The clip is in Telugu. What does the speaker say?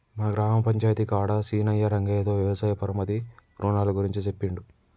మన గ్రామ పంచాయితీ కాడ సీనయ్యా రంగయ్యతో వ్యవసాయ పరపతి రునాల గురించి సెప్పిండు